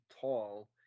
tall